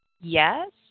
yes